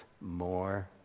more